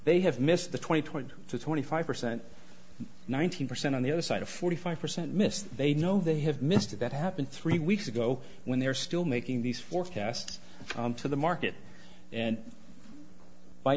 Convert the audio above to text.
they have missed the twenty twenty to twenty five percent ninety percent on the other side of forty five percent missed they know they have missed it that happened three weeks ago when they're still making these forecasts to the market and by